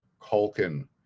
Culkin